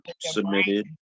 submitted